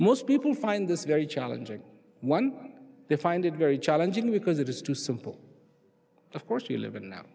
most people find this very challenging one they find it very challenging because it is too simple of course we live in now